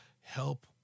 help